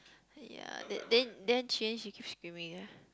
ya then then then she then she keep screaming ah